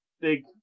big